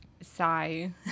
sigh